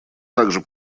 также